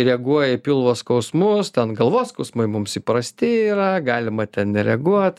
reaguoja į pilvo skausmus ten galvos skausmai mums įprasti yra galima ten nereaguot